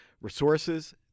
Resources